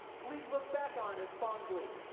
please look back on us fondly.